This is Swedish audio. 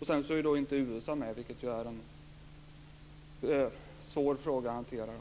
Vidare är inte USA med, vilket är en svår fråga att hantera.